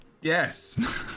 Yes